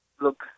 look